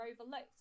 overlooked